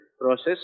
process